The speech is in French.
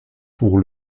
pour